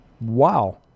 Wow